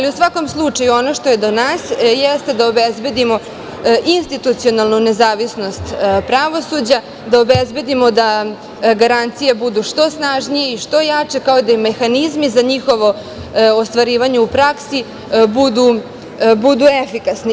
U svakom slučaju, ono što je do nas jeste da obezbedimo institucionalnu nezavisnost pravosuđa, da obezbedimo da garancije budu što snažnije i što jače, kao i mehanizmi za njihovo ostvarivanje u praksi budu efikasni.